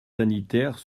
sanitaires